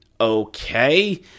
Okay